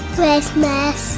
Christmas